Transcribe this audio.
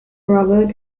robert